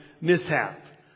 mishap